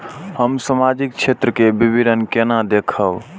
हम सामाजिक क्षेत्र के विवरण केना देखब?